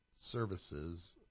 services